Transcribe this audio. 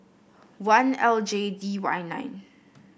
one L J D Y nine